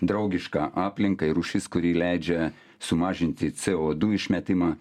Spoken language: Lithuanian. draugiška aplinkai rūšis kuri leidžia sumažinti co du išmetimą